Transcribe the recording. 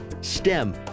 STEM